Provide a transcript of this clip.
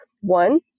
One